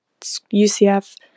UCF